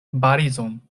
parizon